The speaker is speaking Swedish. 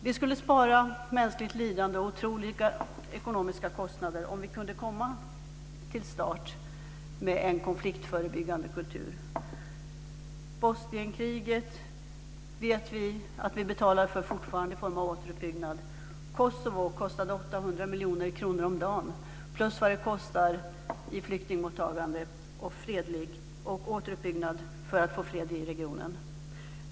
Det skulle spara mänskligt lidande och otroliga ekonomiska kostnader om vi kunde komma till start med en konfliktförebyggande kultur. Vi vet att vi fortfarande betalar för Bosnienkriget i form av återuppbyggnad. Kosovokriget kostade 800 miljoner kronor om dagen plus kostnaden för flyktingmottagande och återuppbyggnad för att det ska bli fred i regionen.